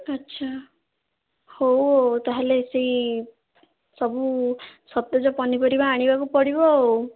ଆଚ୍ଛା ହଉ ଆଉ ତାହେଲେ ସେଇ ସବୁ ସତେଜ ପନିପରିବା ଆଣିବାକୁ ପଡ଼ିବ ଆଉ